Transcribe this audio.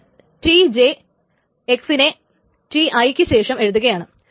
എന്നിട്ട് Tj x നെ Ti ക്ക് ശേഷം എഴുതുകയാണ്